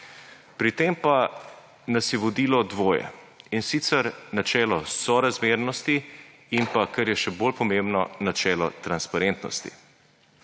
Pri tem pa nas je vodilo dvoje; in sicer načelo sorazmernosti in, kar je še bolj pomembno, načelo transparentnosti.